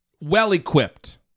well-equipped